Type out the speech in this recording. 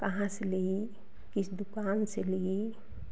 कहाँ से ली किस दुकान से ली